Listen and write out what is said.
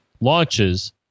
launches